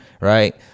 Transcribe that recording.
right